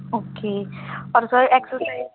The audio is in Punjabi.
ਓਕੇ ਔਰ ਸਰ ਐਰਸਸਾਈਜ਼